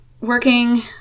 working